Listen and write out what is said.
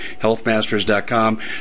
healthmasters.com